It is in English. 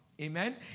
Amen